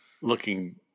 Looking